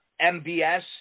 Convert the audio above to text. MBS